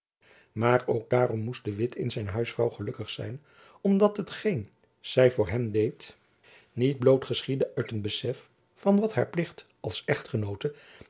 maar ook daarom moest de witt in zijn huisvrouw gelukkig zijn omdat hetgeen zy voor hem deed niet bloot geschiedde uit een besef van wat haar plicht als echtgenoote